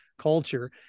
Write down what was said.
culture